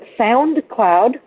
SoundCloud